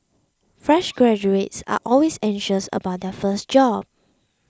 fresh graduates are always anxious about their first job